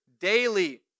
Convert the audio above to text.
daily